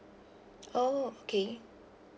oh okay